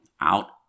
out